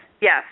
Yes